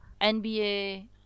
NBA